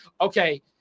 Okay